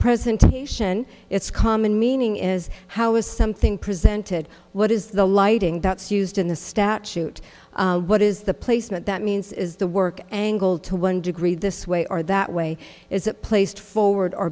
presentation its common meaning is how is something presented what is the lighting that's used in the statute what is the placement that means is the work angle to one degree this way or that way is it placed forward or